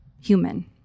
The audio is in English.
human